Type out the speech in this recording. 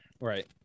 right